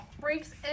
breaks